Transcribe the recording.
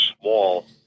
small